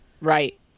Right